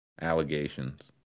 allegations